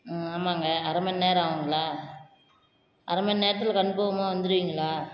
ம் ஆமாங்க அரை மணிநேரம் ஆகுங்களா அரை மணி நேரத்தில் கன்ஃபார்மாக வந்துடுவீங்களா